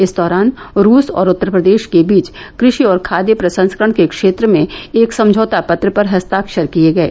इस दौरान रूस और उत्तर प्रदेश के बीच कृषि और खाद्य प्रसंस्करण के क्षेत्र में एक समझौता पत्र पर हस्ताक्षर किये गये